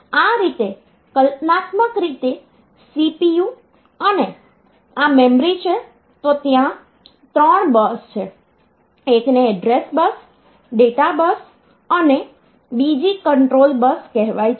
તેથી આ રીતે કલ્પનાત્મક રીતે CPU અને આ મેમરી છે તો ત્યાં ત્રણ બસ છે એકને એડ્રેસ બસ ડેટા બસ અને બીજી કંટ્રોલ બસ કહેવાય છે